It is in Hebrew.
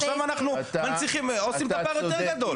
עכשיו אנחנו מנציחים, עושים את הפער יותר גדול.